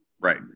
Right